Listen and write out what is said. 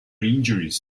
injuries